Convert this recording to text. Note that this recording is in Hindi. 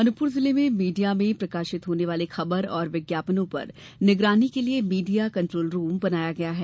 अनूपपुर जिले में मीडिया में प्रकाशित होने वाली खबर और विज्ञापनों पर निगरानी के लिए मीडिया कंट्रोलरूम बनाया गया है